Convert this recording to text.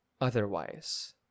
otherwise